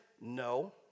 No